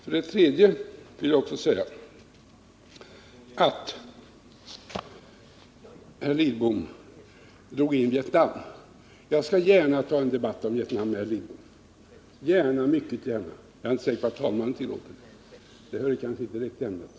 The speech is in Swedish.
För det tredje noterade jag också att herr Lidbom drog in Vietnam i debatten. Jag skall mycket gärna ta en debatt om Vietnam med herr Lidbom, men jag är inte säker på att talmannen tillåter det. Det hör kanske inte direkt till ämnet.